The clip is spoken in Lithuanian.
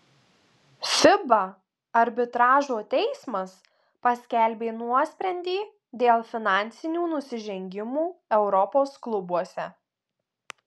fiba arbitražo teismas paskelbė nuosprendį dėl finansinių nusižengimų europos klubuose